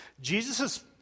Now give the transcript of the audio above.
Jesus